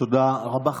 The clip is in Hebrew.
תודה רבה.